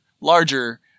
larger